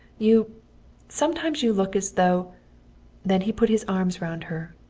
you sometimes you look as though then he put his arms round her.